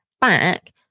back